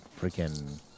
freaking